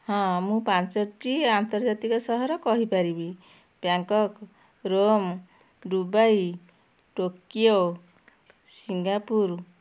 ହଁ ମୁଁ ପାଞ୍ଚୋଟି ଆନ୍ତର୍ଜାତିକ ସହର କହିପାରିବି Bangkok Rome Dubai Tokyo Singapore